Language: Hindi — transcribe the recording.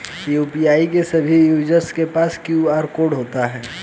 यू.पी.आई के सभी यूजर के पास क्यू.आर कोड होता है